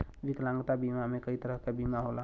विकलांगता बीमा में कई तरे क बीमा होला